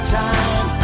time